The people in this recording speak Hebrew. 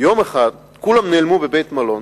כולם נעלמו מבית-המלון.